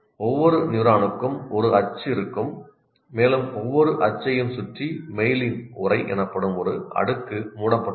ஒவ்வொரு நியூரானுக்கும் ஒரு அச்சு இருக்கும் மேலும் ஒவ்வொரு அச்சையும் சுற்றி மெய்லின் உறை எனப்படும் ஒரு அடுக்கு மூடப்பட்டிருக்கும்